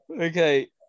Okay